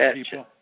people